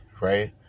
right